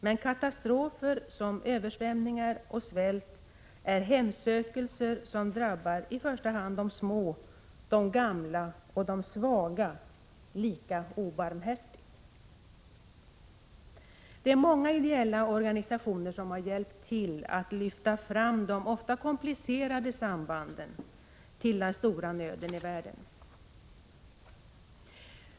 Men katastrofer som översvämningar och svält är hemsökelser som obarmhärtigt drabbar i första hand de små, de gamla och de svaga. Många ideella organisationer har hjälpt till att lyfta fram de ofta komplicerade sambanden när det gäller den stora nöden i världen.